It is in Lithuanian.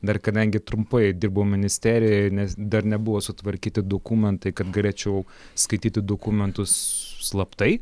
dar kadangi trumpai dirbau ministerijoje nes dar nebuvo sutvarkyti dokumentai kad galėčiau skaityti dokumentus slaptai